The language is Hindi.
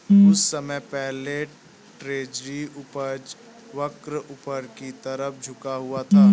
कुछ समय पहले ट्रेजरी उपज वक्र ऊपर की तरफ झुका हुआ था